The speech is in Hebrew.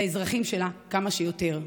לאזרחים שלה, כמה שיותר.